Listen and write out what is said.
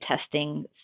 testing